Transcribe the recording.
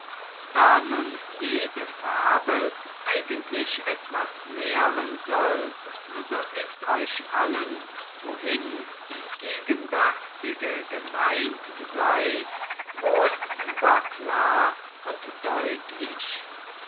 da nun jede fabel eigentlich etwas lehren soll so ist euch allen wohin die gegenwärtige gemeint sei wohl überklar und deutlich